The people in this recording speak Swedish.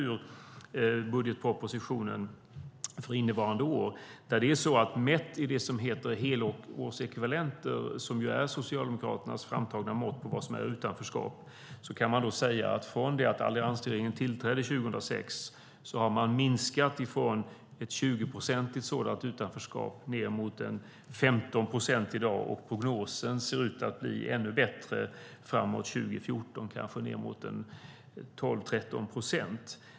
I budgetpropositionen för innevarande år framgår att, mätt i helårsekvivalenter som ju är Socialdemokraternas framtagna mått på vad som är utanförskap, från det att alliansregeringen tillträdde 2006 har det minskat från ett 20-procentigt utanförskap ned mot ett 15-procentigt. Prognosen pekar på att det blir ännu bättre fram mot 2014 - kanske ned mot 12-13 procent.